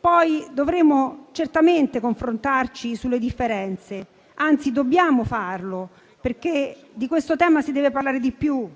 Poi, dovremo certamente confrontarci sulle differenze; anzi, dobbiamo farlo, perché di questo tema si deve parlare di più.